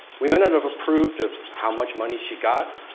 we might not have approved of how much money she got.